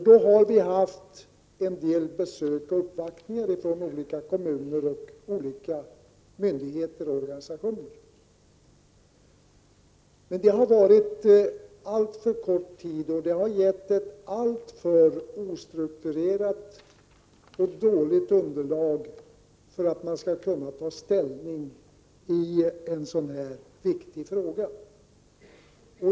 Det har förekommit en del besök och uppvaktningar från olika kommuner, myndigheter och organisationer. Tiden har emellertid varit alltför kort, och underlaget har varit alltför ostrukturerat och dåligt för att vi skulle kunna ta ställning i en sådan här viktig fråga.